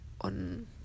on